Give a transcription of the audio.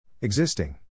Existing